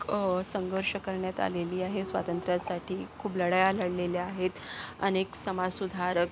संघर्ष करण्यात आलेली आहे स्वातंत्र्यासाठी खूप लढाया लढलेल्या आहेत अनेक समाजसुधारक